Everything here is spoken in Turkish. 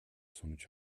sonuç